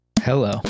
Hello